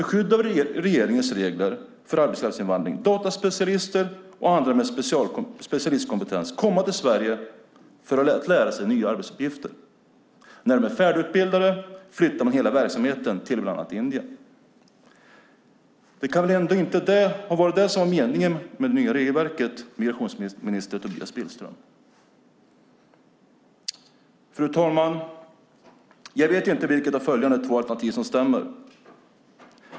Med skydd av regeringens regler för arbetskraftsinvandring låter man helt enkelt dataspecialister och andra med specialistkompetens komma till Sverige för att lära sig nya arbetsuppgifter. När de är färdigutbildade flyttar man hela verksamheten till bland annat Indien. Det kan väl inte ha varit meningen med det nya regelverket, migrationsminister Tobias Billström? Fru talman! Jag vet inte vilket av följande två alternativ som stämmer.